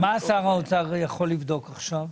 מה שר האוצר יכול לבדוק עכשיו?